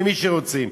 למי שרוצים.